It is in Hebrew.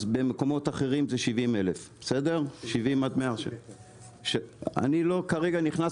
במקומות אחרים זה 70,000 עד 100,000. אני לא נכנס